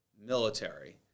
military